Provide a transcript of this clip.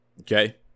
Okay